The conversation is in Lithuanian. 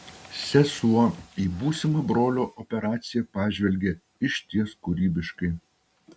sesuo į būsimą brolio operaciją pažvelgė išties kūrybiškai